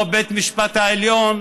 או בית משפט העליון,